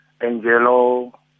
Angelo